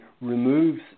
removes